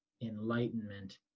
enlightenment